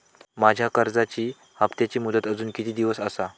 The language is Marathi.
माझ्या कर्जाचा हप्ताची मुदत अजून किती दिवस असा?